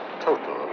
total